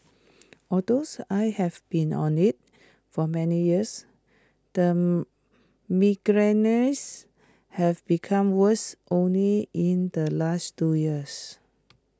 although I have been on IT for many years the migraines have become worse only in the last two years